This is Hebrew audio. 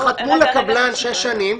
הם חתמו לקבלן שש שנים,